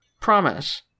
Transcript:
promise